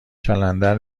چندلر